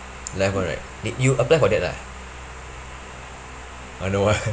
life one right did you apply for that lah or no why